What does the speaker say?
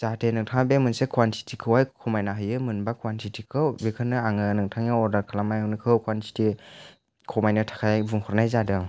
जाहाथे नोंथाङा बे मोनसे क्वानटिटिखौहाय खमायना होयो मोनबा क्वानटिटिखौ बेखौनो आङो नोंथांनियाव अर्दार खालामनायखौ क्वानटिटि खमायनो थाखाय बुंहरनाय जादों